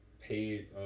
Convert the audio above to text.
Pay